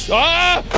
ah,